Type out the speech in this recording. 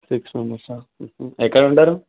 six members ఎక్కడ ఉంటారు